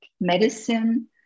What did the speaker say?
medicine